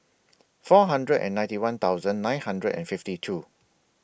four hundred and ninety one thousand nine hundred and fifty two